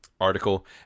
article